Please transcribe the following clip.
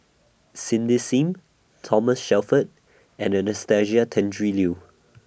Cindy SIM Thomas Shelford and Anastasia Tjendri Liew